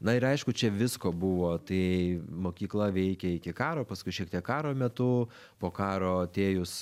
na ir aišku čia visko buvo tai mokykla veikė iki karo paskui šiek tiek karo metu po karo atėjus